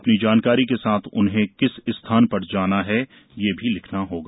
अपनी जानकारी के साथ उन्हें किस स्थान पर जाना हथयह लिखना होगा